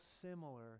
similar